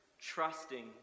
trusting